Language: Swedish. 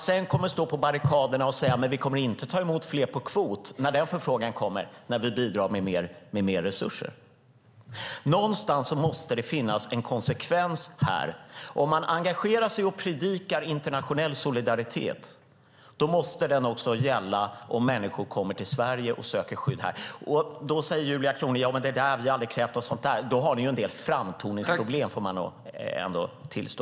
Sedan kommer man stå på barrikaderna och säga: Vi kommer inte att ta emot fler på kvot när den förfrågan kommer när vi bidrar med mer resurser. Någonstans måste det finnas en konsekvens här. Om man engagerar sig och predikar internationell solidaritet måste den också gälla om människor kommer till Sverige och söker skydd här. Julia Kronlid säger: Vi har aldrig krävt någonting sådant. Då har ni en del framtoningsproblem. Det får ni ändå tillstå.